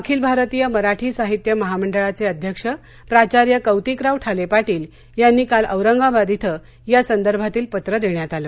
अखिल भारतीय मराठी साहित्य महामंडळाचे अध्यक्ष प्राचार्य कौतिकराव ठाले पाटील यांना काल औरंगाबाद इथं या संदर्भातील पत्र देण्यात आलं